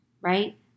right